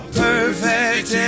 perfect